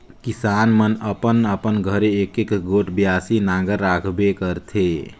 किसान मन अपन अपन घरे एकक गोट बियासी नांगर राखबे करथे